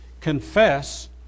confess